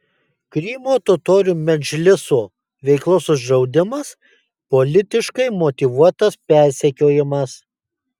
krymo totorių medžliso veiklos uždraudimas politiškai motyvuotas persekiojimas